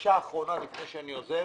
בקשה אחרונה לפני שאני עוזב.